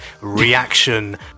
reaction